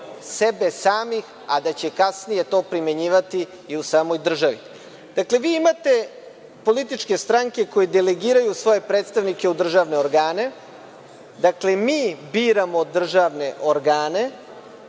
sebe samih, a da će kasnije to primenjivati i u samoj državi. Dakle, vi imate političke stranke koje delegiraju svoje predstavnike u državne organe. Dakle, mi biramo državne organe,